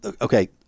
okay